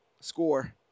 score